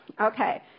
Okay